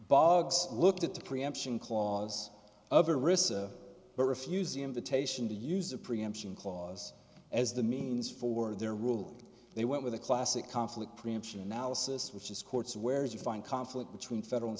bugs looked at the preemption clause of a risk but refused the invitation to use a preemption clause as the means for their ruling they went with a classic conflict preemption analysis which is courts where you find conflict between federal and